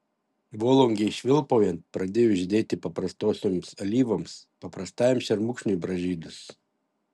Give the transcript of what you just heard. volungei švilpaujant pradėjus žydėti paprastosioms alyvoms paprastajam šermukšniui pražydus